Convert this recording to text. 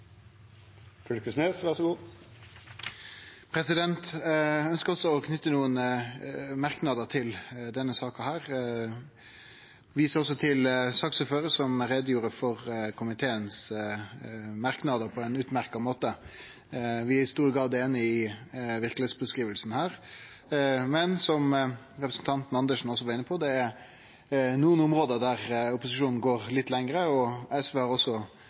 også å knyte nokre merknader til denne saka. Eg viser òg til saksordføraren, som gjorde greie for komitémerknadene på ein utmerkt måte. Vi er i stor grad einig i verkelegheitsbeskrivinga, men som representanten Andersen også var inne på, er det nokre område der opposisjonen går litt lenger, og SV har også